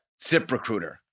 ZipRecruiter